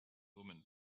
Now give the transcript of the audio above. woman